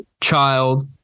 child